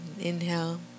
inhale